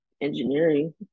engineering